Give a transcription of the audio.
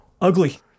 Ugly